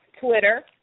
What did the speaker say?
Twitter